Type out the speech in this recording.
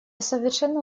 совершенно